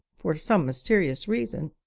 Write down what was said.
for some mysterious reason,